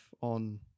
on